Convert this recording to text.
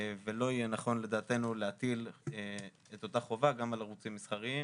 ולא יהיה נכון לדעתנו להטיל את אותה חובה גם על הערוצים המסחריים